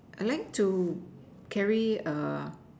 I like to carry a